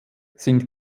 sind